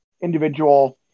individual